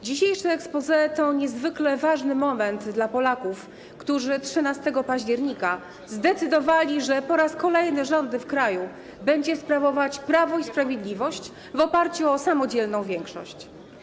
Dzisiejsze exposé to niezwykle ważny moment dla Polaków, którzy 13 października zdecydowali, że po raz kolejny rządy w kraju będzie sprawować Prawo i Sprawiedliwość w oparciu o samodzielną większość.